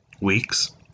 weeks